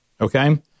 okay